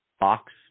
box